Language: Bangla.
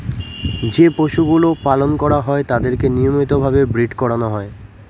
যে পশুগুলো পালন করা হয় তাদেরকে নিয়মিত ভাবে ব্রীড করানো হয়